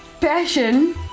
Passion